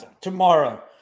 Tomorrow